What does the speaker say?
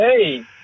Hey